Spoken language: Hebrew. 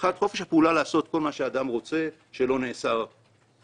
הראשונה היא החופש לעשות כל מה שאדם רוצה שלא נאסר בחוק.